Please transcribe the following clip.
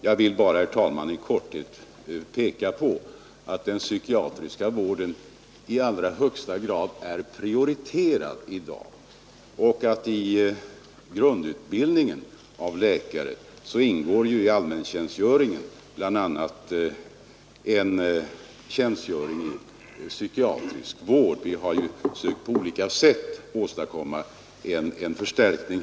Jag vill bara i korthet peka på att den psykiatriska vården i dag är i högsta grad prioriterad. I läkarnas obligatoriska allmäntjänstgöring ingår även psykiatri. Vi har på olika sätt fö kt åstadkomma en förstärkning.